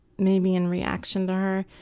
maybe in reaction to her.